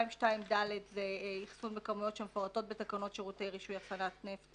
2.2ד זה אחסון בכמויות שמפורטות בתקנות שירותי רישוי (אטחסנת נפט),